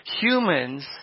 humans